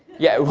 yeah. well,